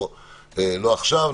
לא עכשיו,